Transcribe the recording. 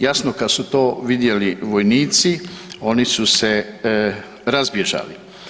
Jasno, kad su to vidjeli vojnici, oni su se razbježali.